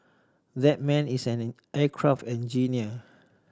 that man is an aircraft engineer